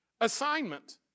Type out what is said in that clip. assignment